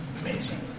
Amazing